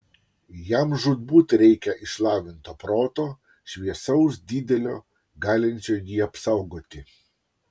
jam žūtbūt reikia išlavinto proto šviesaus didelio galinčio jį apsaugoti